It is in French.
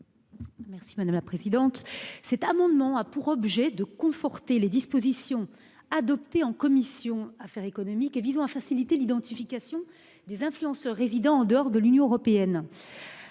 est à Mme la rapporteure. Cet amendement a pour objet de conforter les dispositions adoptées en commission et visant à faciliter l'identification des influenceurs résidant en dehors de l'Union européenne-